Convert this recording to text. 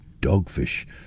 dogfish